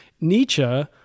Nietzsche